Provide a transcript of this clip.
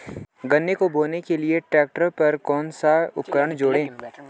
गन्ने को बोने के लिये ट्रैक्टर पर कौन सा उपकरण जोड़ें?